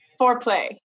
foreplay